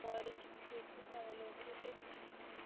سورُے کیٚنٛہہ چھُ ییٚتی ایویلیبٕل یہِ تُہۍ